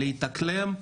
להתאקלם,